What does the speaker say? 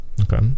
Okay